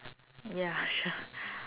ya sure